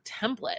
template